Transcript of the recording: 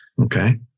okay